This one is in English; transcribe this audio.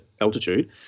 altitude